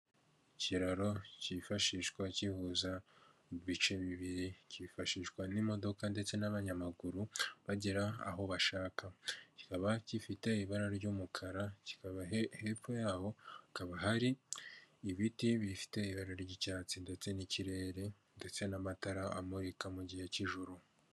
Ikiraro cyifashishwa gihuza ibice bibiri, cyifashishwa n'imodoka ndetse n'abanyamaguru bagera aho bashaka. Kikaba gifite ibara ry'umukara, kikaba hepfo yabo hakaba hari ibiti bifite ibara ry'icyatsi ndetse n'ikirere, ndetse n'amatara amurika mu gihe cy'ijoro.